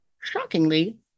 shockingly